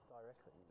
Directly